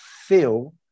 feel